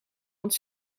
want